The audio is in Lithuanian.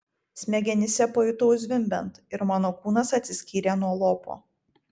smegenyse pajutau zvimbiant ir mano kūnas atsiskyrė nuo lopo